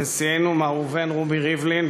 נשיאנו מר ראובן רובי ריבלין,